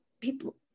people